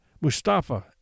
Mustafa